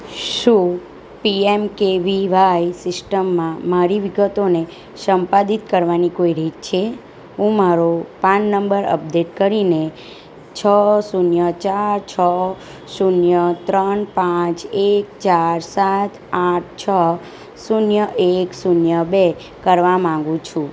શું પીએમકેવીવાય સિસ્ટમમાં મારી વિગતોને સંપાદિત કરવાની કોઈ રીત છે હું મારો પાન નંબર અપડેટ કરીને છ શૂન્ય ચાર છ શૂન્ય ત્રણ પાંચ એક ચાર સાત આઠ છ શૂન્ય એક શૂન્ય બે કરવા માગું છું